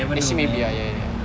actually believe ya ya ya